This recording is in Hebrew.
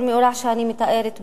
כל מאורע שאני מתארת פה,